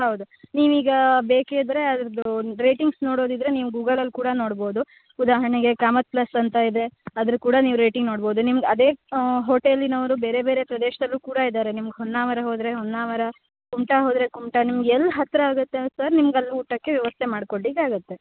ಹೌದು ನೀವೀಗಾ ಬೇಕಿದ್ರೆ ಅದ್ರದ್ದು ರೇಟಿಂಗ್ಸ್ ನೋಡೊದಿದ್ರೆ ನೀವು ಗೂಗಲಲ್ಲಿ ಕೂಡ ನೋಡ್ಬೋದು ಉದಾಹರಣೆಗೆ ಕಾಮತ್ ಪ್ಲಸ್ ಅಂತ ಇದೆ ಆದರೂ ಕೂಡ ನೀವು ರೇಟಿಂಗ್ ನೋಡ್ಬೋದು ನಿಮ್ಗೆ ಅದೇ ಹೋಟೆಲಿನೋರು ಬೇರೆ ಬೇರೆ ಪ್ರದೇಶದಲ್ಲೂ ಕೂಡ ಇದಾರೆ ನಿಮ್ಗೆ ಹೊನ್ನಾವರ ಹೋದರೆ ಹೊನ್ನಾವರ ಕುಮಟ ಹೋದರೆ ಕುಮಟ ನಿಮಗೆಲ್ಲಿ ಹತ್ತಿರ ಆಗುತ್ತೆ ಸರ್ ನಿಮಗೆ ಅಲ್ಲಿ ಊಟಕ್ಕೆ ವ್ಯವಸ್ಥೆ ಮಾಡ್ಕೊಡ್ಲಿಕ್ಕೆ ಆಗುತ್ತೆ